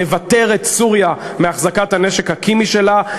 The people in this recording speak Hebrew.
לבתר את סוריה מהחזקת הנשק הכימי שלה,